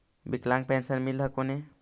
विकलांग पेन्शन मिल हको ने?